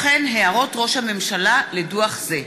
וכן הערות ראש הממשלה לדוח זה.